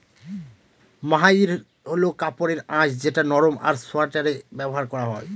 মহাইর হল কাপড়ের আঁশ যেটা নরম আর সোয়াটারে ব্যবহার করা হয়